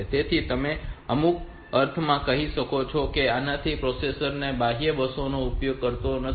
તેથી તમે અમુક અર્થમાં કહી શકો છો કે આનાથી પ્રોસેસર આ બાહ્ય બસોનો ઉપયોગ કરતું નથી